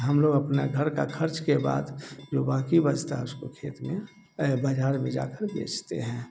हम लोग अपना घर का खर्च के बाद जो बाकि बचता है उसको खेत में बाजार में जा कर बेचते हैं